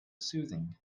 soothing